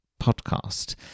Podcast